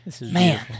Man